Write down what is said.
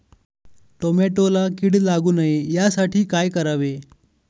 टोमॅटोला कीड लागू नये यासाठी काय करावे?